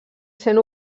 sent